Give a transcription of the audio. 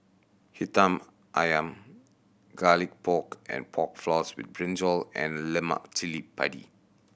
ayam Garlic Pork and Pork Floss with brinjal and lemak cili padi